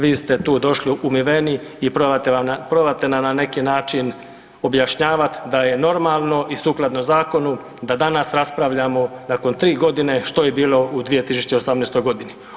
Vi ste tu došli umiveni i probate nam na neki način objašnjavati da je normalno i sukladno zakonu da danas raspravljamo nakon 3 godine što je bilo u 2018. godini.